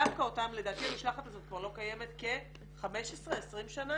דווקא אותם לדעתי המשלחת הזאת כבר לא קיימת כ-20-15 שנה